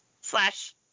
slash